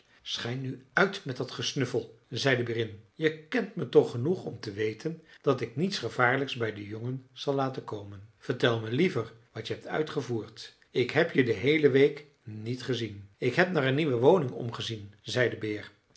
schei nu uit met dat gesnuffel zei de berin je kent me toch genoeg om te weten dat ik niets gevaarlijks bij de jongen zal laten komen vertel me liever wat je hebt uitgevoerd ik heb je de heele week niet gezien ik heb naar een nieuwe woning omgezien zei de beer